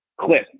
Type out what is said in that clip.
clip